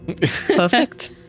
Perfect